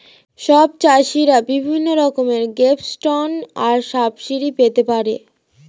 সব চাষীরা বিভিন্ন রকমের গ্র্যান্টস আর সাবসিডি পেতে পারে